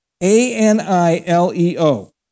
A-N-I-L-E-O